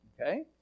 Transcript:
Okay